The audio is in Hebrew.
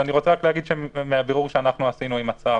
דובר מבירור שעשינו עם השר,